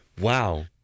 wow